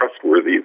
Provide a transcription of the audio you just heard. trustworthy